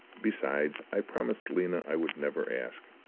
besides, i promised lena i would never ask.